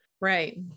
right